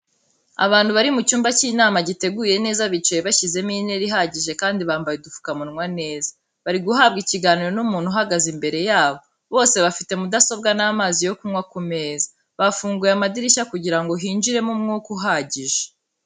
Abantu bari mu cyumba cy'inama giteguye neza bicaye bashyizemo intera ihagije kandi bambaye udupfukamunwa neza, bari guhabwa ikiganiro n'umuntu uhagaze imbere yabo, bose bafite mudasobwa n'amazi yo kunywa ku meza, bafunguye amadirishya kugira ngo hinjiremo umwuka uhagije.